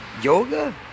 yoga